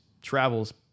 travels